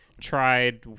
tried